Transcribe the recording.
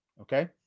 okay